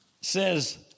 says